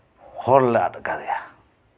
ᱦᱚᱲᱞᱮ ᱟᱫ ᱠᱟᱫᱮᱭᱟ